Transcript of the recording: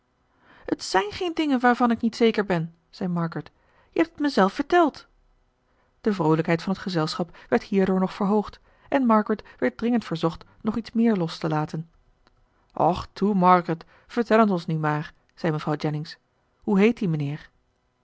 t zijn geen dingen waarvan ik niet zeker ben zei margaret je hebt het mij zelf verteld de vroolijkheid van t gezelschap werd hierdoor nog verhoogd en margaret werd dringend verzocht nog iets meer los te laten och toe margaret vertel het ons nu maar zei mevrouw jennings hoe heet die mijnheer